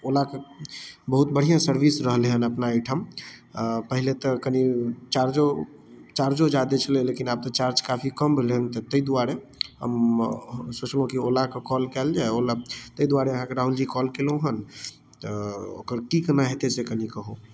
ओलाके बहुत बढ़िआँ सर्विस रहलै हँ अपना एहिठाम पहिले तऽ कनी चार्जो चार्जो ज्यादा छलै लेकिन आब तऽ चार्ज काफी कम भेलै हँ ताहि दुआरे हम सोचलहुँ कि ओलाके कॉल कएल जाए ओला ताहि दुआरे अहाँके राहुलजी कॉल केलहुँ हँ ओकर कि कोना हेतै से कनि कहू